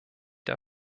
der